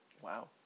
Wow